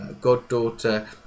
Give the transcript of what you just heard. goddaughter